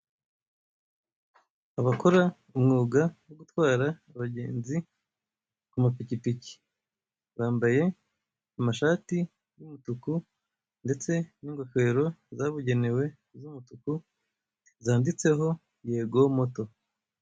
Abakora umwugo wo gutwara abagenzi ku mapikipiki bambaye amashati y'umutuku ndetse n'ingofero z'abugenewe z'umutuku zanditseho yego moto.